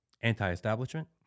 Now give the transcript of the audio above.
anti-establishment